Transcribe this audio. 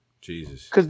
Jesus